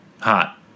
hot